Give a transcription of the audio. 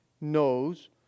knows